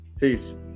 Peace